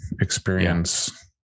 experience